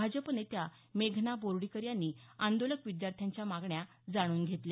भाजप नेत्या मेघना बोर्डीकर यांनी आंदोलक विद्यार्थ्यांच्या मागण्या जाणून घेतल्या